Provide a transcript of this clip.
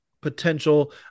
potential